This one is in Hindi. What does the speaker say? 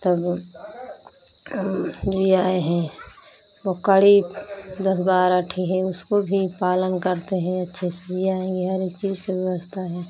तब हम जियाए हैं बकरी दस बारह ठी है उसको भी पालन करते हैं अच्छे से जियाऍंगे हर एक चीज़ की व्यवस्था है